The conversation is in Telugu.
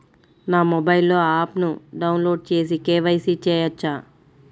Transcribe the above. నా మొబైల్లో ఆప్ను డౌన్లోడ్ చేసి కే.వై.సి చేయచ్చా?